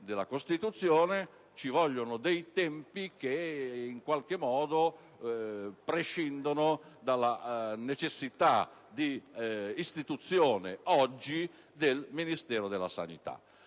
servono dei tempi che, in qualche modo, prescindono dalla necessità di istituire oggi un Ministero della salute.